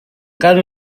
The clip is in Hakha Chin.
kan